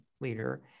leader